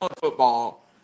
football